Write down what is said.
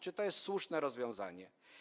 Czy to jest słuszne rozwiązanie?